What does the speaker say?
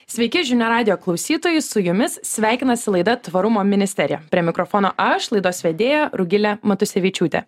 sveiki žinių radijo klausytojus su jumis sveikinasi laida tvarumo ministerija prie mikrofono aš laidos vedėja rugilė matusevičiūtė